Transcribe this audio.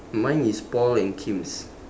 mine is paul and kim's